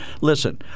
Listen